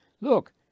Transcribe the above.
Look